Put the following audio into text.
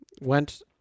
went